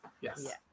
yes